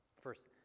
First